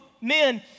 men